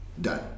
done